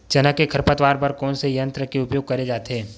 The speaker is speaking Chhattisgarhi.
चना के खरपतवार बर कोन से यंत्र के उपयोग करे जाथे?